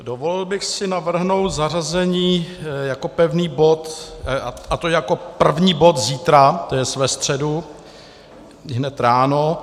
Dovolil bych si navrhnout zařazení jako pevný bod, a to jako první bod zítra, to jest ve středu ihned ráno.